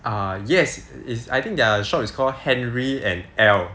err yes is I think their shop is called henry and L